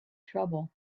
trouble